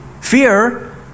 fear